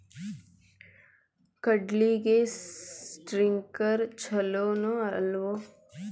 ಕಡ್ಲಿಗೆ ಸ್ಪ್ರಿಂಕ್ಲರ್ ಛಲೋನೋ ಅಲ್ವೋ?